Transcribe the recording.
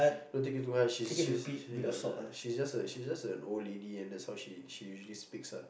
don't take it too heart she's she's she uh she's just a she's just an old lady and that's how she she usually speaks ah